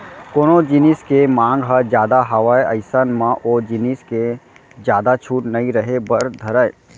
कोनो जिनिस के मांग ह जादा हावय अइसन म ओ जिनिस के जादा छूट नइ रहें बर धरय